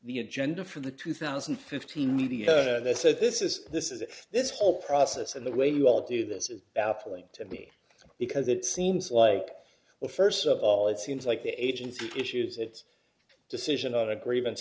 the agenda for the two thousand and fifteen media that said this is this is this whole process and the way you all do this is baffling to me because it seems like well st of all it seems like the agency issues its decision on a gr